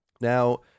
Now